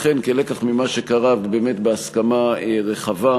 לכן, כלקח ממה שקרה ובאמת בהסכמה רחבה,